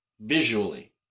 visually